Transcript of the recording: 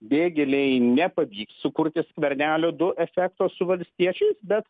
vėgėlei nepavyks sukurti skvernelio du efekto su valstiečiais bet